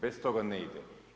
Bez toga ne ide.